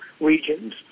regions